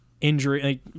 Injury